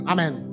Amen